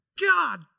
God